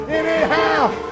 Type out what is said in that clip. anyhow